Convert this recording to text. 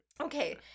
okay